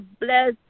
bless